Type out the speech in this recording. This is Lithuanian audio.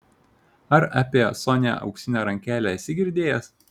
ar apie sonią auksinę rankelę esi girdėjęs